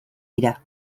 dira